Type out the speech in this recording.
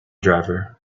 driver